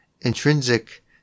intrinsic